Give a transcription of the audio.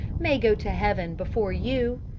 may go to heaven before you.